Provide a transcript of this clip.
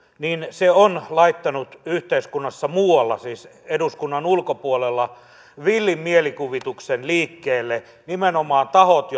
niin se on laittanut yhteiskunnassa muualla siis eduskunnan ulkopuolella villin mielikuvituksen liikkeelle nimenomaan tahoilla